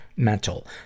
Mental